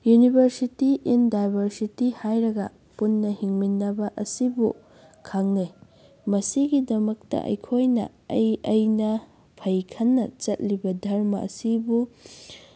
university in diversity ꯍꯥꯏꯔꯒ ꯄꯨꯟꯅ ꯍꯤꯡꯃꯤꯟꯅꯕ ꯑꯁꯤꯕꯨ ꯈꯪꯅꯩ ꯃꯁꯤꯒꯤꯗꯃꯛꯇ ꯑꯩꯈꯣꯏꯅ ꯑꯩ ꯑꯩꯅ ꯐꯩ ꯈꯟꯅ ꯆꯠꯂꯤꯕ ꯙꯔꯃ ꯑꯁꯤꯕꯨ